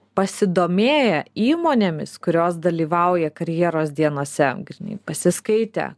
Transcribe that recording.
pasidomėję įmonėmis kurios dalyvauja karjeros dienose grynai pasiskaitę